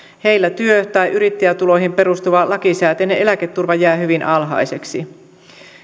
heillä työ tai yrittäjätuloihin perustuva lakisääteinen eläketurva jää hyvin alhaiseksi